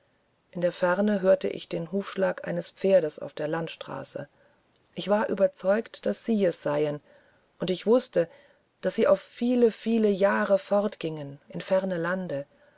in der ferne hörte ich den hufschlag eines pferdes auf der landstraße ich war fest überzeugt daß sie es seien und ich wußte daß sie auf viele viele jahre fortgingen in ferne lande